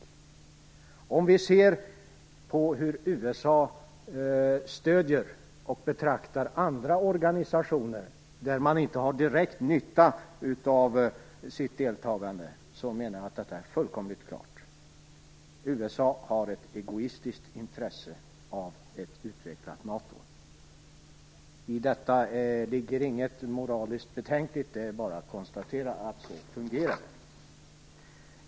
Om vi ser på hur USA stöder och betraktar andra organisationer, där man inte har direkt nytta av sitt deltagande, menar jag att det står fullkomligt klart att USA har ett egoistiskt intresse av ett utvecklat NATO. I detta ligger inget moraliskt betänkligt. Det är bara att konstatera att det fungerar så.